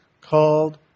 called